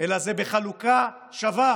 אלא זה בחלוקה שווה